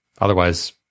Otherwise